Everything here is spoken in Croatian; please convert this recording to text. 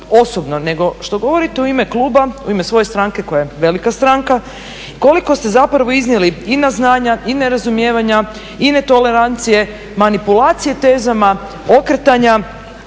osobno nego što govorite u ime klub u ime svoje stranke koja je velika stranka koliko ste iznijeli i neznanja i nerazumijevanja i netolerancije, manipulacije tezama, okretanja